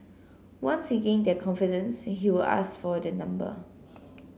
once he gained their confidence he would ask for their number